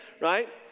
right